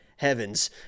heavens